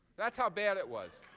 that's how bad it was.